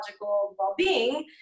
well-being